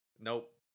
Nope